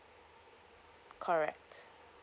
correct